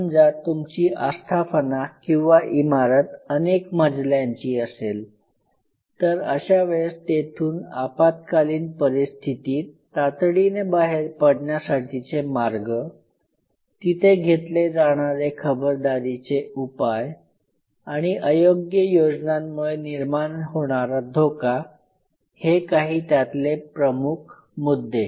समजा तुमची आस्थापना किंवा इमारत अनेक मजल्यांची असेल तर अशा वेळेस तेथून आपात्कालीन परिस्थितीत तातडीने बाहेर पडण्यासाठीचे मार्ग तिथे घेतले जाणारे खबरदारीचे उपाय आणि अयोग्य योजनांमुळे निर्माण होणारा धोका हे काही त्यातले प्रमुख मुद्दे